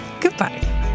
Goodbye